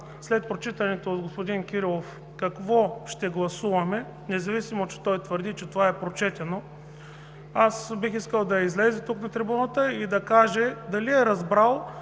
след прочитането от господин Кирилов, какво ще гласуваме, независимо че той твърди, че това е прочетено, бих искал да излезе тук, на трибуната, и да каже дали е разбрал